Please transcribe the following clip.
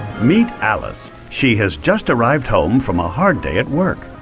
meet alice. she has just arrived home from a hard day at work.